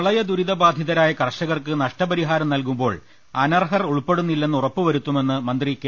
പ്രളയദുരിതബാധിതരായ കർഷകർക്ക് നഷ്ടപരിഹാരം നൽകുമ്പോൾ അനർഹർ ഉൾപ്പെടുന്നില്ലെന്ന് ഉറപ്പുവരുത്തുമെന്ന് മന്ത്രി കെ